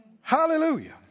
Hallelujah